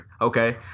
Okay